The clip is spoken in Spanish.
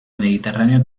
mediterráneo